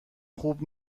خوب